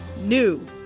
NEW